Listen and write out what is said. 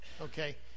okay